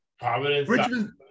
Providence